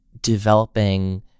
developing